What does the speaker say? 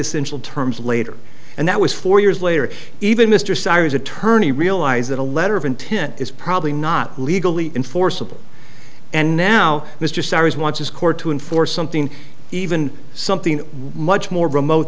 essential terms later and that was four years later even mr sires attorney realized that a letter of intent is probably not legally enforceable and now mr starr is wants his court to enforce something even something much more remote